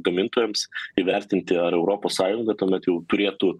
gamintojams įvertinti ar europos sąjunga tuomet jau turėtų